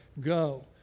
Go